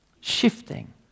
shifting